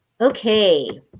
Okay